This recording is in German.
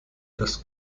das